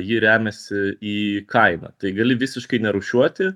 ji remiasi į kainą tai gali visiškai nerūšiuoti